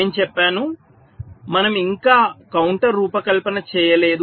నేను చెప్పాను మనము ఇంకా కౌంటర్ రూపకల్పన చేయలేదు